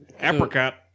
Apricot